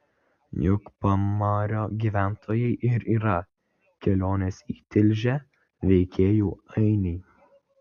juk pamario gyventojai ir yra kelionės į tilžę veikėjų ainiai